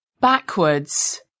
Backwards